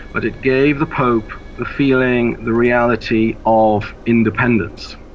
but it gave the pope the feeling, the reality of independence.